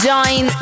Join